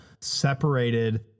separated